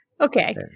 Okay